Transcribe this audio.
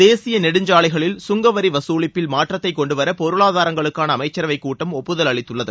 தேசிய நெடுஞ்சாலைகளில் கங்க வரி வசூலிப்பில் மாற்றத்தை கொண்டு வர பொருளாதாரங்குளுக்கான அமைச்சரவை கூட்டம் ஒப்புதல் அளித்துள்ளது